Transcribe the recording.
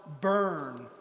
burn